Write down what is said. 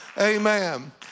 Amen